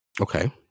Okay